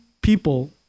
people